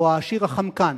או "העשיר החמקן".